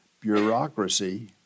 bureaucracy